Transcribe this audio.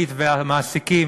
הכללית והמעסיקים,